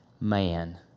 Man